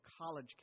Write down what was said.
college